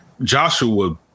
Joshua